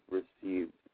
received